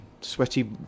sweaty